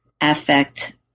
affect